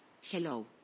Hello